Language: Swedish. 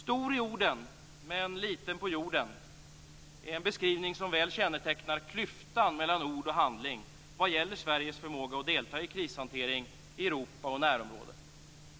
Stor i orden, men liten på jorden är en beskrivning som väl kännetecknar klyftan mellan ord och handling vad gäller Sveriges förmåga att delta i krishantering i Europa och närområdet.